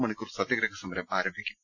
മണിക്കൂർ സത്യഗ്രഹസമരം ആരംഭിക്കും